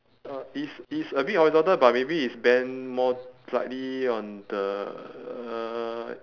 uh it's it's a bit horizontal but maybe it's bent more slightly on the uh